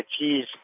cheese